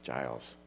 Giles